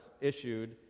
issued